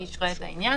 היא אישרה את העניין.